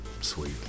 sweet